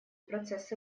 процесс